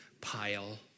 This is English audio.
pile